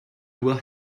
will